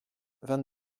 vingt